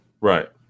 Right